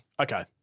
Okay